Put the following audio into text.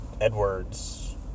Edwards